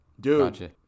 dude